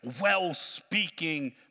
well-speaking